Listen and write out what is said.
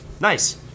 Nice